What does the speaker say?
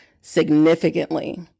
significantly